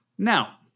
Now